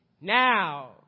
Now